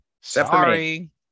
Sorry